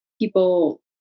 people